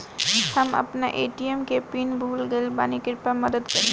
हम आपन ए.टी.एम के पीन भूल गइल बानी कृपया मदद करी